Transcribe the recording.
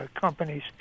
companies